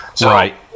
Right